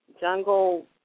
jungle